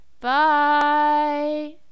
Bye